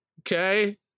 okay